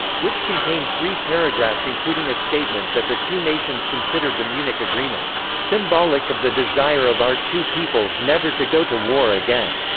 which contained three paragraphs including a statement that the two nations considered the munich agreement symbolic of the desire of our two peoples never to go to war again.